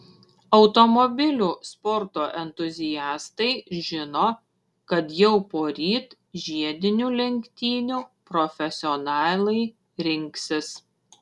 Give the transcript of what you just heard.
automobilių sporto entuziastai žino kad jau poryt žiedinių lenktynių profesionalai rinksis